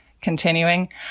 Continuing